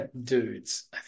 dudes